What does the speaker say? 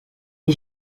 les